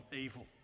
evil